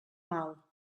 mal